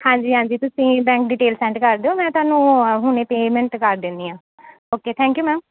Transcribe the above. ਹਾਂਜੀ ਹਾਂਜੀ ਤੁਸੀਂ ਬੈਂਕ ਡਿਟੇਲ ਸੈਂਡ ਕਰ ਦਿਓ ਮੈਂ ਤੁਹਾਨੂੰ ਹੁਣੇ ਪੇਮੈਂਟ ਕਰ ਦਿੰਦੀ ਹਾਂ ਓਕੇ ਥੈਂਕ ਯੂ ਮੈਮ